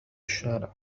الشارع